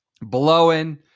Blowing